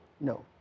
No